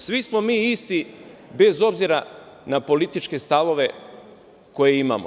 Svi smo mi isti, bez obzira na političke stavove koje imamo.